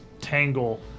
tangle